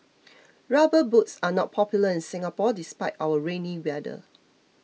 rubber boots are not popular in Singapore despite our rainy weather